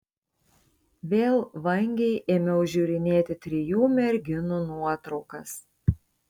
vėl vangiai ėmiau žiūrinėti trijų merginų nuotraukas